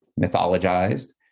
mythologized